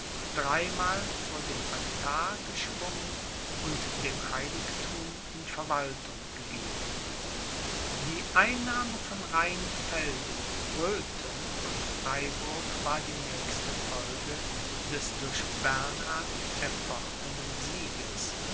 dreimal vor dem altar geschwungen und dem heiligthum in verwaltung gegeben die einnahme von rheinfelden röteln und freiburg war die nächste folge des durch bernhard erfochtenen sieges